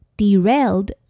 derailed